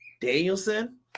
Danielson